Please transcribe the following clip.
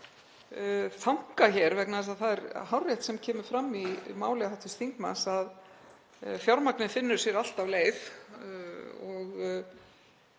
þanka hér vegna þess að það er hárrétt sem kemur fram í máli hv. þingmanns að fjármagnið finnur sér alltaf leið,